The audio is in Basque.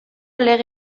lege